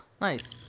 nice